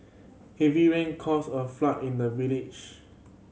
heavy rain caused a flood in the village